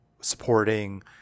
supporting